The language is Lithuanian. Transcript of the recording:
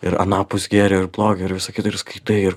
ir anapus gėrio ir blogio ir visa kita ir skaitai ir